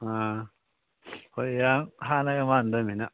ꯑꯥ ꯍꯣꯏ ꯌꯥꯝ ꯍꯥꯟꯅꯒ ꯃꯥꯟꯅꯗꯕꯅꯤꯅ